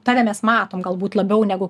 tave mes matom galbūt labiau negu